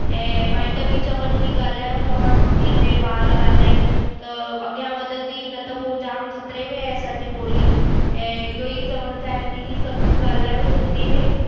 ऐं माइट बि चवनि की ॻाल्हायो तव्हां सिंधी में ॿार ॻाल्हाइनि त अॻियां वधंदी न त पोइ जामु ख़तिरे में आहे असांजी ॿोली ऐं इहो ई चवणु चाहियां थी की सभु ॻाल्हायो सिंधी में